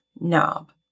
Knob